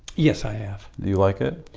yes, i have do you like it?